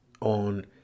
on